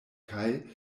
kaj